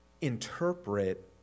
interpret